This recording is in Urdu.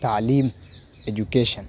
تعلیم ایجوکیشن